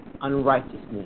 unrighteousness